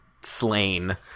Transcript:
slain